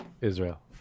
Israel